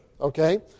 okay